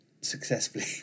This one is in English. successfully